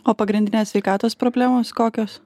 o pagrindinės sveikatos problemos kokios